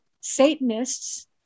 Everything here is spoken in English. Satanists